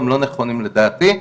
הם לא נכונים לדעתי,